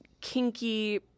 kinky